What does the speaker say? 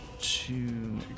two